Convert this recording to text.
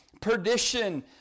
perdition